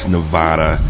Nevada